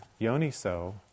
yoniso